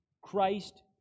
Christ